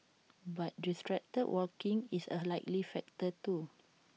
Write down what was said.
but distracted walking is A likely factor too